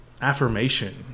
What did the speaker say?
affirmation